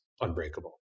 unbreakable